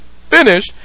finish